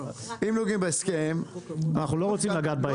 אם נוגעים בהסכם --- אנחנו לא רוצים לגעת בהסכם,